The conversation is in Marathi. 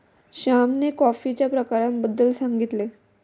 श्यामने कॉफीच्या प्रकारांबद्दल सांगितले